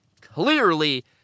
Clearly